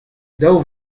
daou